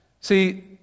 See